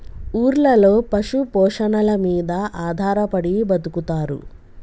ఊర్లలో పశు పోషణల మీద ఆధారపడి బతుకుతారు